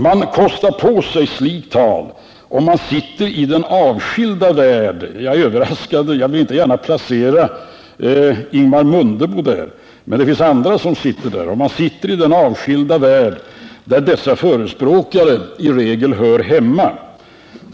Man kan kosta på sig slikt tal, om man sitter i den avskilda värld — jag vill inte gärna placera Ingemar Mundebo där, men det finns andra som sitter där — i vilken dessa förespråkare i regel hör hemma.